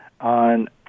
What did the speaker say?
on